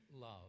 love